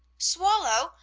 swallow!